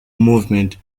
movement